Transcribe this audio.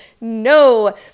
No